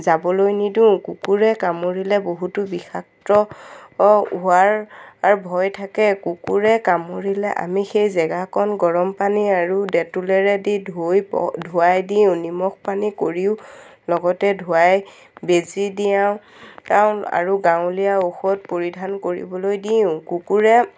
যাবলৈ নিদিওঁ কুকুৰে কামুৰিলে বহুতো বিষাক্ত অ হোৱাৰ অৰ ভয় থাকে কুকুৰে কামুৰিলে আমি সেই জেগাকণ গৰম পানী আৰু ডেট'লেৰে দি ধুই ধুৱাই দিওঁ নিমখ পানী কৰিও লগতে ধুৱাই বেজী দিয়াও আৰু গাঁৱলীয়া ঔষধ পৰিধান কৰিবলৈ দিওঁ কুকুৰে